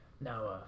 Now